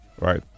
right